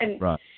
Right